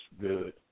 good